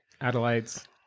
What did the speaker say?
adelaide's